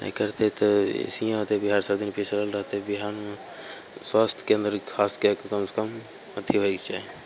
नहि करतै तऽ अएसेहि होतै बिहार सबदिन पिछड़ल रहतै बिहारमे स्वास्थ्य केन्द्र खास कै के कमसे कम अथी होइके चाही